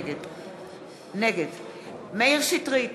נגד מאיר שטרית,